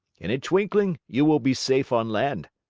in a twinkling you will be safe on land.